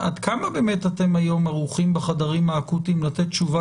עד כמה אתם היום ערוכים בחדרים האקוטיים לתת תשובה